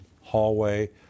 hallway